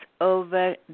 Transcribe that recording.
over